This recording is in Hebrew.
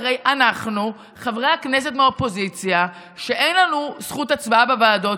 הרי אנחנו חברי הכנסת מהאופוזיציה שאין לנו זכות הצבעה בוועדות,